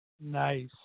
Nice